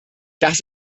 das